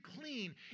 clean